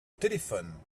téléphone